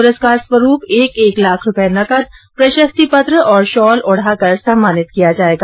पुरस्कार स्वरूप एक एक लाख रुपए नकद प्रशस्ति पत्र और शॉल ओढ़ाकर सम्मानित किया जाएगा